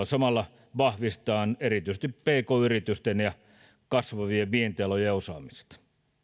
samalla vahvistetaan erityisesti pk yritysten ja kasvavien vientialojen osaamista